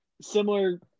similar